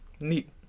Neat